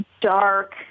dark